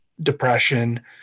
depression